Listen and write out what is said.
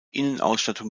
innenausstattung